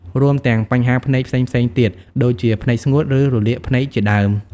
រួមទាំង បញ្ហាភ្នែកផ្សេងៗទៀត ដូចជាភ្នែកស្ងួត ឬរលាកភ្នែកជាដើម។